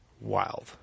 Wild